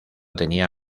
tenía